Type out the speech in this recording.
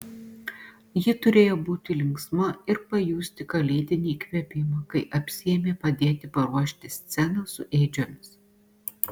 ji turėjo būti linksma ir pajusti kalėdinį įkvėpimą kai apsiėmė padėti paruošti sceną su ėdžiomis